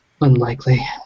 Unlikely